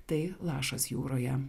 tai lašas jūroje